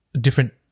different